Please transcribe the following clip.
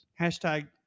Hashtag